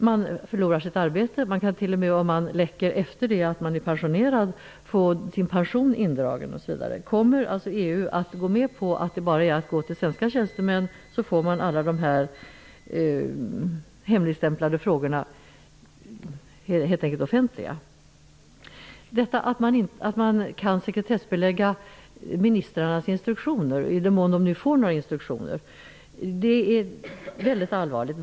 Man förlorar sitt arbete, man kan t.o.m. om man läcker efter det att man blivit pensionerad få sin pension indragen osv. Kommer EU att gå med på att det bara är att vända sig till svenska tjänstemän för att alla de hemligstämplade frågorna helt enkelt skall bli offentliga? Att man kan sekretessbelägga ministrarnas instruktioner -- i den mån nu de får några instruktioner -- är mycket allvarligt.